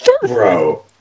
Bro